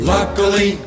Luckily